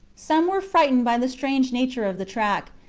some were frightened by the strange nature of the track,